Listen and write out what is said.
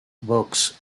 books